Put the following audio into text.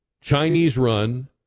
Chinese-run